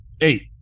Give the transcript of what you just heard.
Eight